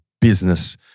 business